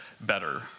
better